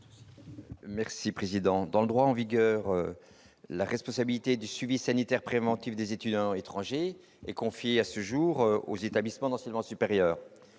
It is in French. pour avis. Dans le droit en vigueur, la responsabilité du « suivi sanitaire préventif » des étudiants étrangers est confiée aux établissements d'enseignement supérieur.